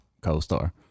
co-star